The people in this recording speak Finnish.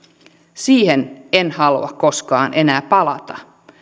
siihen en halua koskaan enää palata